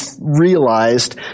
realized